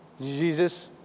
Jesus